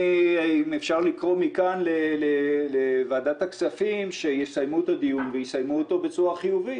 אם אפשר לקרוא מכאן לוועדת הכספים שיסיימו את הדיון ובצורה חיובית.